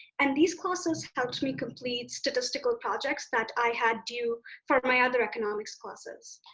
and these courses helped me complete statistical projects that i had do for my other economics classes.